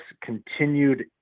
continued